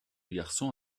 garçon